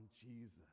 Jesus